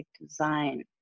design